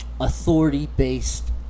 authority-based